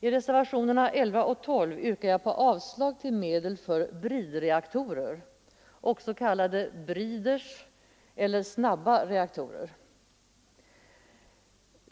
I reservationerna 11 och 12 yrkar jag avslag på medel för bridreaktorer, också kallade breeders eller snabba reaktorer.